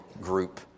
group